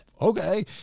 okay